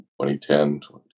2010